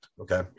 Okay